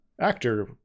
actor